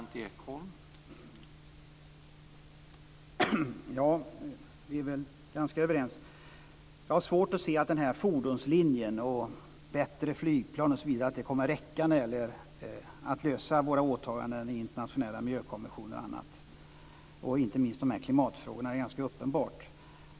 Herr talman! Vi är nog ganska överens. Jag har svårt att se att den här fordonslinjen med bättre flygplan osv. kommer att räcka för att lösa våra åtagande i internationella miljökonventioner och annat. Klimatfrågorna är ju ganska uppenbara.